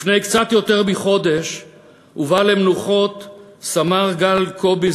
לפני קצת יותר מחודש הובא למנוחות סמ"ר גל קובי,